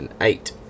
eight